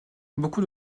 beaucoup